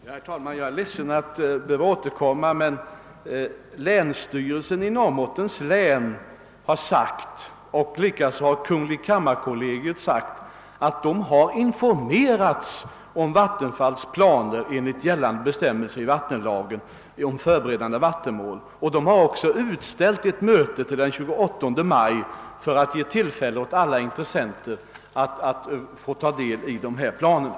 Herr talman! Jag är ledsen att behöva återkomma, men länsstyrelsen i Norrbottens län och kungl. kammarkollegium har sagt att de har informerats om Vattenfalls planer enligt gällande bestämmelser i vattenlagen om förberedande vattenmål. Man har också utsatt ett möte till den 28 maj för att ge tillfälle åt alla intressenter att ta del av planerna.